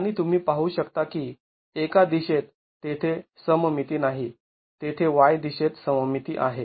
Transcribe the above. आणि तुम्ही पाहू शकता की एका दिशेत तेथे सममिती नाही तेथे y दिशेत सममिती आहे